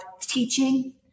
teaching